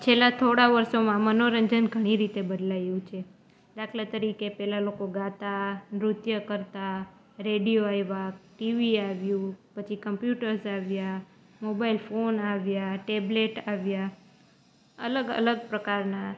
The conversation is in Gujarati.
છેલ્લા થોડા વર્ષોમાં મનોરંજન ઘણી રીતે બદલાયું છે દાખલા તરીકે પહેલાં લોકો ગાતા નૃત્ય કરતા રેડિયો આવ્યા ટીવી આવ્યું પછી કમ્પ્યુટર્સ આવ્યા મોબાઈલ ફોન આવ્યા ટેબલેટ આવ્યા અલગ અલગ પ્રકારના